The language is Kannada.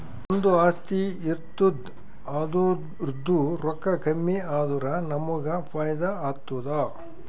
ಒಂದು ಆಸ್ತಿ ಇರ್ತುದ್ ಅದುರ್ದೂ ರೊಕ್ಕಾ ಕಮ್ಮಿ ಆದುರ ನಮ್ಮೂಗ್ ಫೈದಾ ಆತ್ತುದ